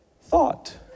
thought